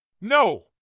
No